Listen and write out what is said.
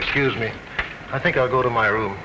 excuse me i think i'll go to my room